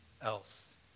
else